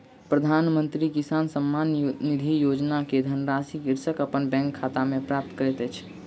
प्रधानमंत्री किसान सम्मान निधि योजना के धनराशि कृषक अपन बैंक खाता में प्राप्त करैत अछि